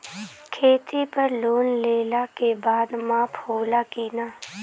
खेती पर लोन लेला के बाद माफ़ होला की ना?